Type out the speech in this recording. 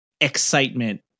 excitement